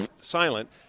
silent